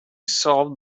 solve